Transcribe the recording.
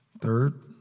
Third